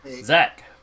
Zach